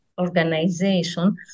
organization